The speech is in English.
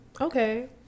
okay